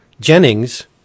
Jennings